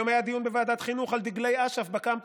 היום היה דיון בוועדת החינוך על דגלי אש"ף בקמפוסים.